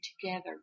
together